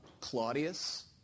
Claudius